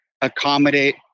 accommodate